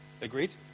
Agreed